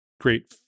great